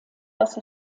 dass